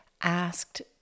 asked